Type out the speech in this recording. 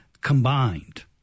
combined